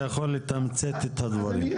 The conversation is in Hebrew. אתה יכול לתמצת את הדברים.